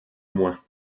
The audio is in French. moins